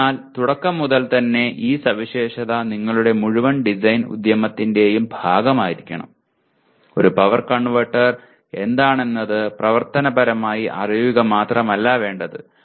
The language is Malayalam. അതിനാൽ തുടക്കം മുതൽ തന്നെ ഈ സവിശേഷത നിങ്ങളുടെ മുഴുവൻ ഡിസൈൻ ഉദ്യമത്തിന്റെയും ഭാഗമായിരിക്കണം ഒരു പവർ കൺവെർട്ടർ എന്താണെന്നത് പ്രവർത്തനപരമായി അറിയുക മാത്രമല്ല വേണ്ടത്